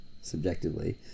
subjectively